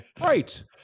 Right